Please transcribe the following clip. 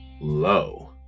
low